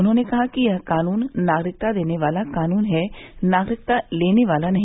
उन्होंने कहा कि यह कानून नागरिकता देने वाला कानून है नागरिकता लेने वाला नहीं